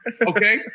okay